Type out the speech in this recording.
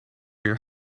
your